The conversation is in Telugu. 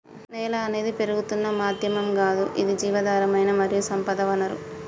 నేల అనేది పెరుగుతున్న మాధ్యమం గాదు ఇది జీవధారమైన మరియు సంపద వనరు